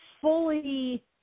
fully